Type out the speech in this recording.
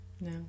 no